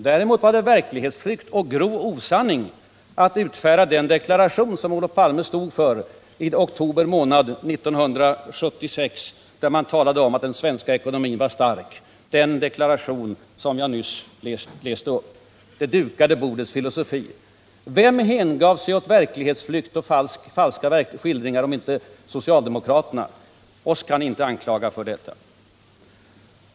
Däremot var det verklighetsflykt och grov osanning att utfärda den deklaration som Olof Palme stod för i oktober månad 1976, där man talade om att den svenska ekonomin var stark. Det var den deklaration som jag nyss läste upp — ett uttryck för det dukade bordets filosofi. Vem hängav sig åt verklighetsflykt och falska skildringar om inte socialdemokraterna? Oss kan ni inte anklaga för detta.